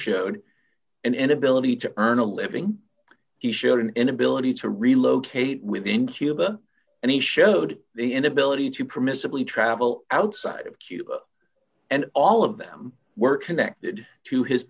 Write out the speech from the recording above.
showed an inability to earn a living he showed an inability to relocate within cuba and he showed the inability to permissibly travel outside of cuba and all of them were connected to his